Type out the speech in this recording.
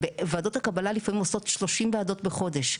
וועדות הקבלה עושות לפעמים 30 ועדות בחודש.